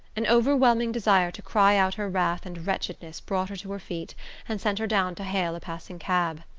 an overwhelming desire to cry out her wrath and wretchedness brought her to her feet and sent her down to hail a passing cab.